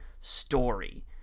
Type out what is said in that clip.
story